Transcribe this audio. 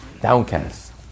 downcast